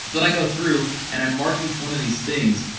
so then i go through and i mark each one of these things,